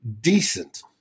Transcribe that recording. decent